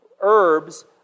herbs